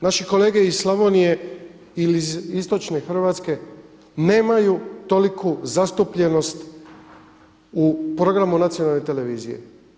Naši kolege iz Slavonije ili iz istočne Hrvatske nemaju toliku zastupljenost u programu nacionalne televizije.